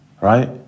Right